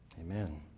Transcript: Amen